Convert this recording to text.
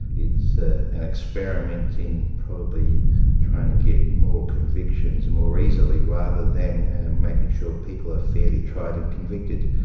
it's ah an experiment in probably trying to get more convictions more easily, rather than making sure people are fairly tried and convicted.